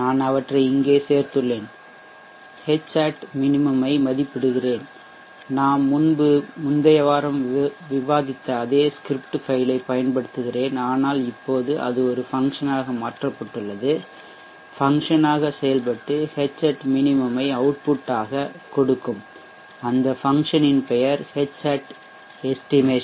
நான் அவற்றை இங்கே சேர்த்துள்ளேன் Hat minimum ஐ மதிப்பிடுகிறேன் நாம் முன்பு முந்தைய வாரம் விவாதித்த அதே ஸ்கிரிப்ட் ஃபைல் ஐப் பயன்படுத்துகிறேன் ஆனால் இப்போது அது ஒரு ஃபங்சனாக மாற்றப்பட்டுள்ளது ஃபங்சனாக செயல்பட்டு Hat minimum ஐ அவுட்புட்டாக கொடுக்கும் அந்த ஃபங்சனின் பெயர் Hat estimation